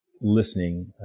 listening